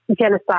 genocide